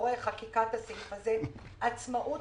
עכשיו אנחנו דנים בזה כאילו אנחנו ועדת הבחירות.